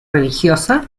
religiosa